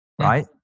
right